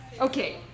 Okay